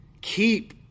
Keep